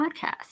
podcast